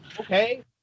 Okay